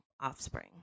offspring